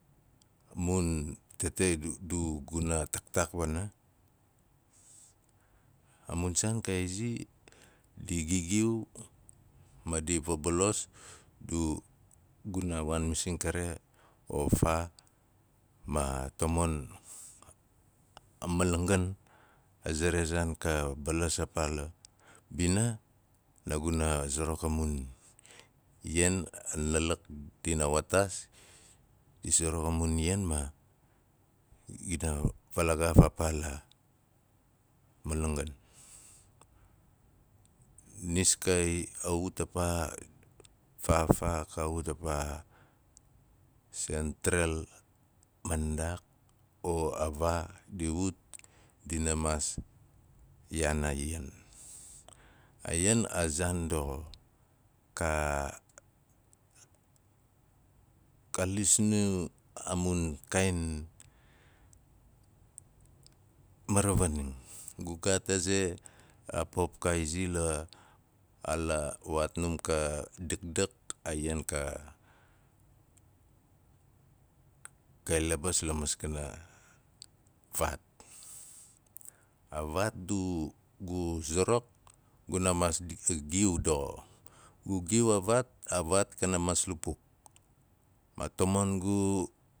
Mun tete d- dun guna taktaak pana, a mun saan di gigiu ma di vabolos du guma waan masing kare o faa maatamon a malangan, a ze ra zaan ka balas a paa la bina, naguna zarak a mun ian, au nalak dina waataas dina zarak a mun ian maa dina avalagaaf a paa la malanggan nis kaiaut a paa, faa, faa, ka ut apaa sentral mandaak o a vaa di ut dina maas yaan a ian. A ian a zaan doxo. Ka, ka lis nu a mun kaain maravanang, gu gaat a ze, a pop ka izi la- a la waatnam ka dakdak a iaa ka- ka i labis la maskana, vaat, a vaat kana maas lupuk ma tamon gu